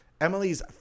Emily's